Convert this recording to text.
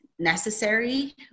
Necessary